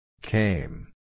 Came